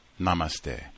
Namaste